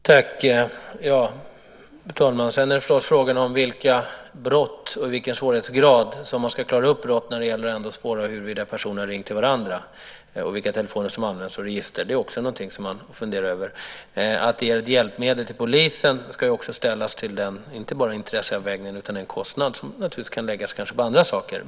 Fru talman! Sedan är det förstås fråga om vilka brott och av vilken svårighetsgrad som man ska klara upp när det gäller att spåra huruvida personerna har ringt till varandra och vilka telefoner som har använts i ett register. Det är också någonting som man kan fundera över. Att det skulle vara ett hjälpmedel för polisen ska ställas inte bara mot intresseavvägningen, utan det är också en kostnad som naturligtvis kanske kan läggas på andra saker.